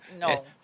no